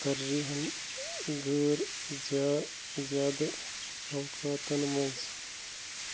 ترجی ہَن غٲر زیا زیادٕ اوقاتَن منٛز